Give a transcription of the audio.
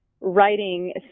Writing